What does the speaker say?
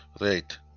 Right